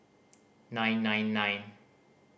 nine nine nine